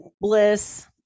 bliss